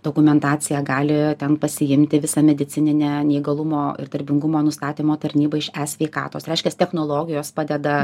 dokumentaciją gali ten pasiimti visą medicininę neįgalumo ir darbingumo nustatymo tarnybai iš e sveikatos reiškias technologijos padeda